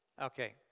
Okay